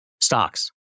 Stocks